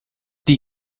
die